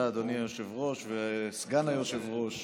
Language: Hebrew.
תודה, אדוני היושב-ראש וסגן היושב-ראש.